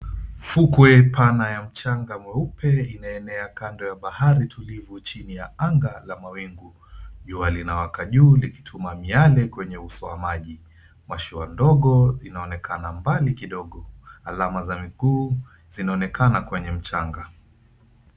Fukwe pana ya mchanga mweupe inaenea kando ya bahari tulivu chini ya anga la mawingu. Jua linawaka juu likituma miale kwenye uso wa maji. Mashua ndogo inaonekana mbali kidogo. Alama za miguu zinaonekana kwenye mchanga.